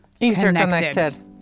Interconnected